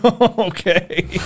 Okay